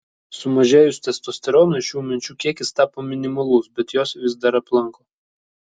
sumažėjus testosteronui šių minčių kiekis tapo minimalus bet jos vis dar aplanko